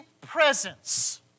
presence